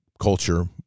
culture